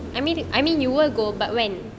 I mean I mean you will go but when